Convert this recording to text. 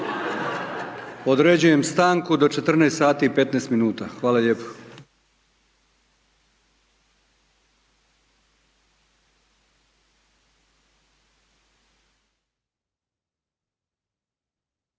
Određujem stanku do 14 sati i 15 minuta. Hvala lijepo.